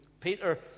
Peter